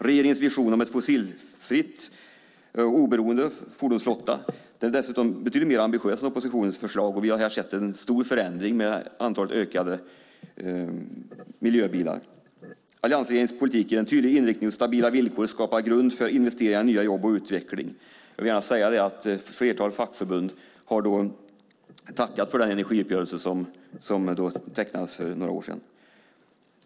Regeringens vision om en fossilt oberoende fordonsflotta är dessutom betydligt mer ambitiös än oppositionens förslag. Vi har här sett en stor förändring med det ökade antalet miljöbilar. Alliansregeringens politik ger en tydlig inriktning, och stabila villkor skapar grund för investeringar, nya jobb och utveckling. Jag vill gärna säga att flertalet fackförbund har tackat för den energiuppgörelse som tecknades för några år sedan.